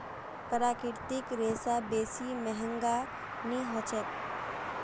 प्राकृतिक रेशा बेसी महंगा नइ ह छेक